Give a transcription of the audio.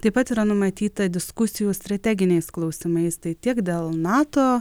taip pat yra numatyta diskusijų strateginiais klausimais tai tiek dėl nato